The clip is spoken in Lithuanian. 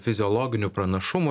fiziologinių pranašumų